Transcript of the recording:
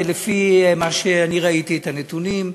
לפי מה שראיתי בנתונים,